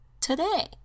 today